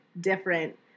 different